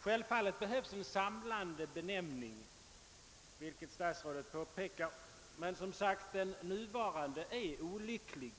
Självfallet behövs en samlande benämning, vilket statsrådet påpekar, men den nuvarande är som sagt olämplig.